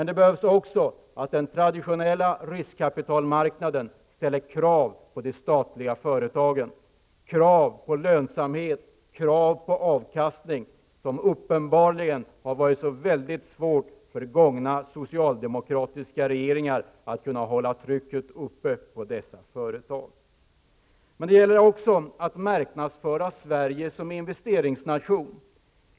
Det behövs också att den traditionella riskkapitalmarknaden ställer krav på de statliga företagen, krav på lönsamhet, krav på avkastning. Uppenbarligen har det varit väldigt svårt för socialdemokratiska regeringar att hålla trycket uppe på dessa företag. Men det gäller också att marknadsföra Sverige som investeringsnation.